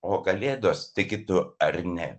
o kalėdos tiki tu ar ne